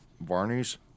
Barney's